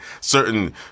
certain